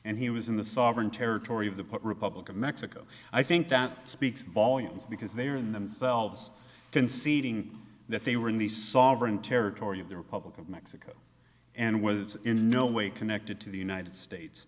and he was in the sovereign territory of the put republican mexico i think that speaks volumes because they are in themselves conceding that they were in the sovereign territory of the republic of mexico and was in no way connected to the united states